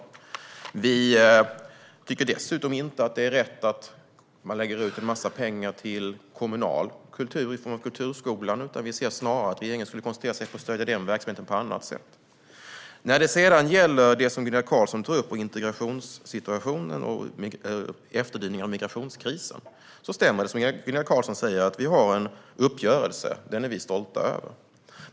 Dessutom tycker vi inte att det är rätt att man lägger ut en massa pengar på kommunal kultur i form av kulturskolan. Snarare tycker vi att regeringen skulle koncentrera sig på att stödja den verksamheten på annat sätt. Gunilla Carlsson tog upp integrationssituationen och efterdyningarna av migrationskrisen. Det stämmer att vi träffade en uppgörelse, och den är vi stolta över.